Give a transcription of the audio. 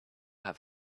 have